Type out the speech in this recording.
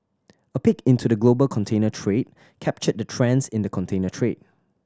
a peek into the global container trade captured the trends in the container trade